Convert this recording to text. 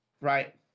right